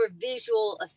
visual